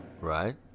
Right